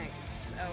thanks